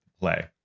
play